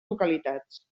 localitats